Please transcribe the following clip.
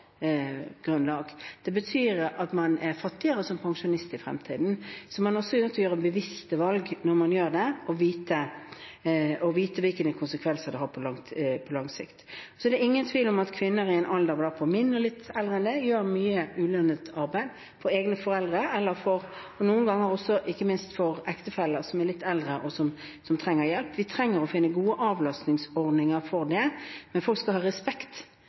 Det betyr at man er fattigere som pensjonist i fremtiden. Så man er også nødt til å gjøre bevisste valg når man gjør det, og vite hvilke konsekvenser det har på lang sikt. Så er det ingen tvil om at kvinner på min alder og litt eldre enn det gjør mye ulønnet arbeid for egne foreldre og ikke minst også for ektefeller som er litt eldre, og som trenger hjelp. Vi trenger å finne gode avlastningsordninger for dem. Men folk skal ha respekt